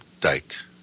date